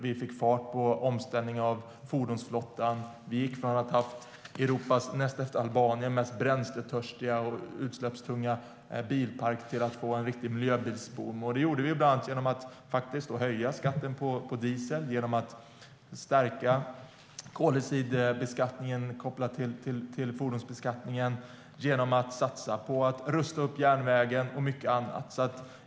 Vi fick fart på omställningen av fordonsflottan. Vi gick från att ha haft Europas näst efter Albaniens mest bränsletörstiga och utsläppstunga bilpark till att få en riktig miljöbilsboom. Det gjorde vi bland annat genom att höja skatten på diesel, att stärka koldioxidbeskattningen kopplat till fordonsbeskattningen, att satsa på att rusta upp järnvägen och mycket annat.